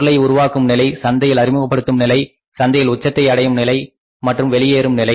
பொருளை உருவாக்கும் நிலை சந்தையில் அறிமுகப்படுத்தும் நிலை சந்தையில் உச்சத்தை அடையும் நிலை மற்றும் வெளியேறும் நிலை